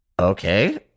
Okay